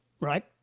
Right